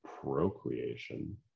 procreation